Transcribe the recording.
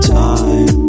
time